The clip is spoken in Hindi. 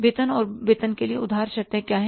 वेतन और वेतन के लिए उधार शर्तें क्या है